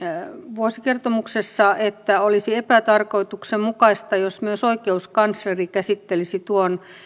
vuosikertomuksessa että olisi epätarkoituksenmukaista jos myös oikeuskansleri käsittelisi tuon